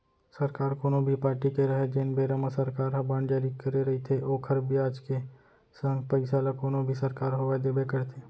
सरकार कोनो भी पारटी के रहय जेन बेरा म सरकार ह बांड जारी करे रइथे ओखर बियाज के संग पइसा ल कोनो भी सरकार होवय देबे करथे